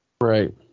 Right